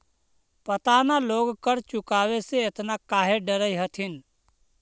पता न लोग कर चुकावे से एतना काहे डरऽ हथिन